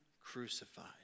crucified